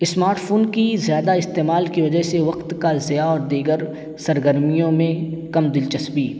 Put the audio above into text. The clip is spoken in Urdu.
اسمارٹ فون کی زیادہ استعمال کی وجہ سے وقت کا ضیاع اور دیگر سرگرمیوں میں کم دلچسپی